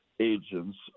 Agents